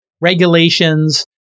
regulations